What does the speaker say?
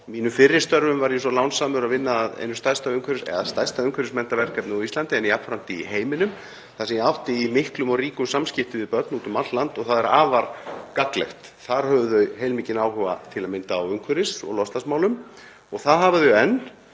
mínum fyrri störfum var ég svo lánsamur að vinna að stærsta umhverfisverndarverkefni á Íslandi en jafnframt í heiminum þar sem ég átti í miklum og ríkum samskiptum við börn úti um allt land og það var afar gagnlegt. Þau höfðu heilmikinn áhuga til að mynda á umhverfis- og loftslagsmálum og það hafa þau enn,